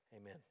amen